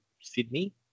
Sydney